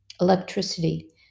electricity